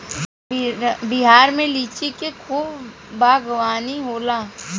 बिहार में लिची के खूब बागवानी होला